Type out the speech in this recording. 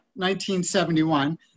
1971